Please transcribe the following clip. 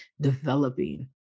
developing